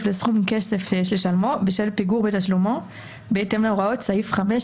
בבקשה, זכותכם.